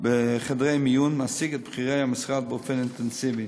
בחדרי המיון מעסיק את בכירי המשרד באופן אינטנסיבי.